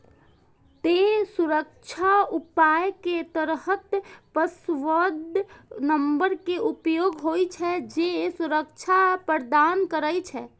तें सुरक्षा उपाय के तहत पासवर्ड नंबर के उपयोग होइ छै, जे सुरक्षा प्रदान करै छै